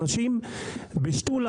לאנשים בשתולה,